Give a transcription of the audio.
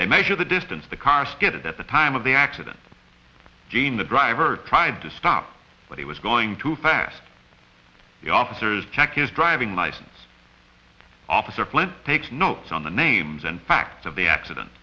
they measure the distance the car skidded at the time of the accident jean the driver tried to stop but he was going too fast the officers checked his driving license officer flynn takes notes on the names and facts of the accident